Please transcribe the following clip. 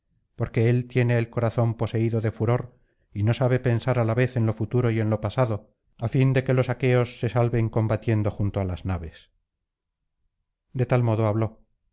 porque él tiene el corazón poseído de furor y no sabe pensar á la vez en lo futuro y en lo pasado á fin de que los aqueos se salven combatiendo junto á las naves de tal modo habló